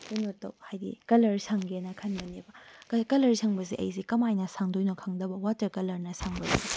ꯀꯩꯅꯣ ꯇꯧ ꯍꯥꯏꯕꯗꯤ ꯀꯂꯔ ꯁꯪꯒꯦꯅ ꯈꯟꯕꯅꯦꯕ ꯀꯂꯔ ꯁꯪꯕꯁꯦ ꯑꯩꯁꯤ ꯀꯃꯥꯏꯅ ꯁꯪꯗꯣꯏꯅꯣ ꯈꯪꯗꯕ ꯋꯥꯇꯔ ꯀꯂꯔꯅ ꯁꯪꯕꯁꯤ